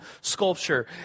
sculpture